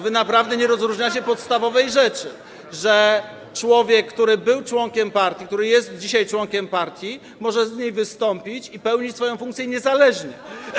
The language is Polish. Wy naprawdę nie rozróżniacie podstawowej rzeczy: że człowiek, który był członkiem partii, który jest dzisiaj członkiem partii, może z niej wystąpić i pełnić swoją funkcję niezależnie.